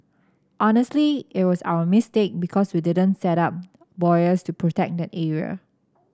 honestly it was our mistake because we didn't set up buoys to protect the area